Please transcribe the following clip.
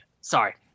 Sorry